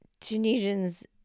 Tunisians